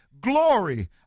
glory